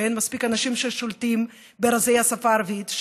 שאין מספיק אנשים ששולטים ברזי השפה הערבית,